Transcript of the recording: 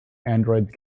androids